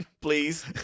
Please